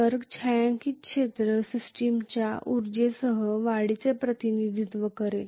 तर छायांकित क्षेत्र सिस्टमच्या सह उर्जेमध्ये वाढीचे प्रतिनिधित्व करते